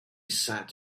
sat